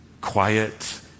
quiet